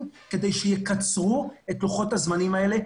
אם צריך כדי שיקצרו את לוחות הזמנים האלה,